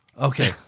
okay